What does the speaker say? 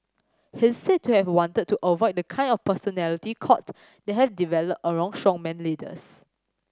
he is said to have wanted to avoid the kind of personality cult that had develop around strongman leaders